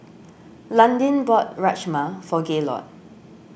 Landin bought Rajma for Gaylord